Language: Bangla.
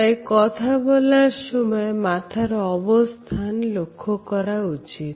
তাই কথা বলার সময় মাথার অবস্থান লক্ষ্য করা উচিত